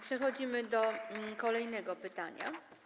Przechodzimy do kolejnego pytania.